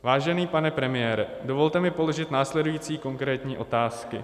Vážený pane premiére, dovolte mi položil následující konkrétní otázky.